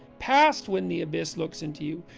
past when the abyss looks into you,